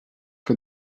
que